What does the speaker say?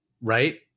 right